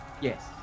yes